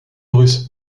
russe